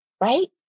right